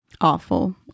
awful